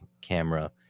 camera